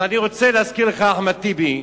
אז אני רוצה להזכיר לך, חבר הכנסת אחמד טיבי,